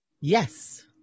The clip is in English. Yes